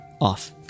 Off